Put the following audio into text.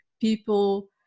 people